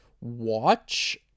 watch